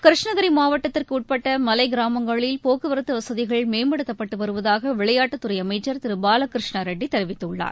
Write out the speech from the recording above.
கிருஷ்ணகிரிமாவட்டத்திற்குஉட்பட்டமலைகிராமங்களில் போக்குவரத்துவசதிகள் மேம்படுத்தப்பட்டுவருவதாகவிளையாட்டுத் துறைஅமைச்சர் திருபாலகிருஷ்ணாரெட்டிதெரிவித்துள்ளார்